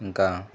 ఇంకా